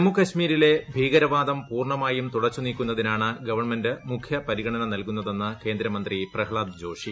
ജമ്മുകാശ്മീരിലെ ഭ്യീക്രവാദം പൂർണ്ണമായും തുടച്ചുനീക്കുന്നതിന്ാണ് ഗവൺമെന്റ് മുഖ്യ പരിഗണന നൽകുന്നതെന്ന് കേന്ദ്രമന്ത്രി പ്രഹ്ളാദ് ജോഷി